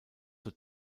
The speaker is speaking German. zur